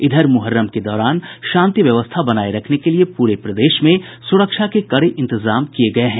इधरमुहर्रम के दौरान शांति व्यवस्था बनाये रखने के लिए पूरे प्रदेश में सुरक्षा के कड़े इंतजाम किये गये हैं